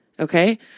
Okay